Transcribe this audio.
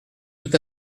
tout